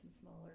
smaller